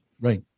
right